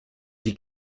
die